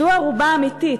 זו ערובה אמיתית,